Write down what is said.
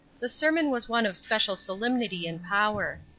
the sermon was one of special solemnity and power.